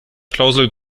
klausel